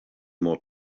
more